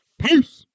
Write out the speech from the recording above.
Peace